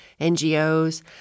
NGOs